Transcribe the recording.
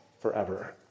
forever